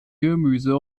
gemüse